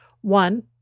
One